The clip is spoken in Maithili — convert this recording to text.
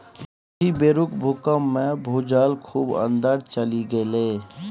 एहि बेरुक भूकंपमे भूजल खूब अंदर चलि गेलै